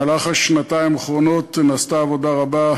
בשנתיים האחרונות נעשתה עבודה רבה,